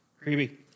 Creepy